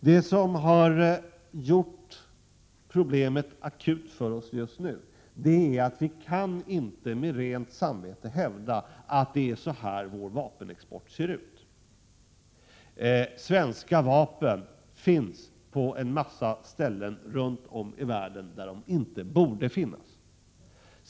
Det som har gjort problemet akut för oss är att vi inte med rent samvete kan hävda att vår vapenexport ser ut på det här sättet i verkligheten. Svenska vapen finns på en massa ställen runt om i världen där de inte borde finnas.